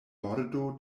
bordo